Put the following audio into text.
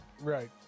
right